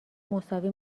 مساوی